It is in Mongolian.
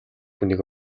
хүнийг